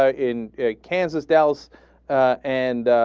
ah in a kansas gals and